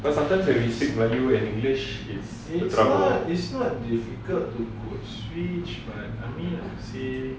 because sometimes when you speak melayu and english it's not it's not difficult to switch but I mean